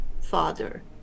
Father